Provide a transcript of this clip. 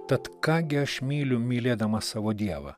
tad ką gi aš myliu mylėdamas savo dievą